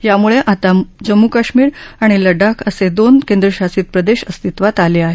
यामुळे आता जम्मू काश्मीर आणि लडाख असे दोन केंद्रशासित प्रदेश अस्तित्वात आले आहेत